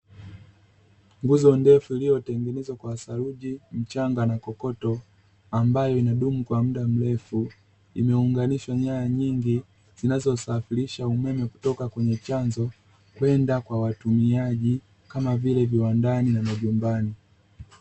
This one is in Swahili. Nguzo ndefu iliyotengenezwa kwa saruji, mchanga na kokoto, ambayo inadumu kwa muda mrefu, imeunganishwa nyaya nyingi zinazosafirisha umeme kutoka kwenye chanzo kwenda kwa watumiaji, kama vile; viwandani na majumbani.